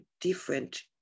different